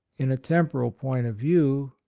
in a temporal point of view,